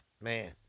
man